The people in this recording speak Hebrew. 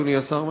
אדוני השר,